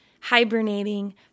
hibernating